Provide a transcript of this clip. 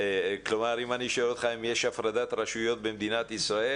אם אני שואל אותך אם יש הפרדת רשויות במדינת ישראל,